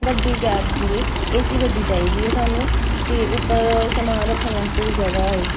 ਵੱਡੀ ਕੈਬ ਨਹੀਂ A C ਗੱਡੀ ਚਾਹੀਦੀ ਹੈ ਸਾਨੂੰ ਅਤੇ ਉੱਪਰ ਸਮਾਨ ਰੱਖਣ ਵਾਸਤੇ ਵੀ ਜਗ੍ਹਾ ਹੋਏ